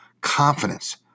confidence